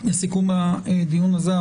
לסיכום הדיון הזה.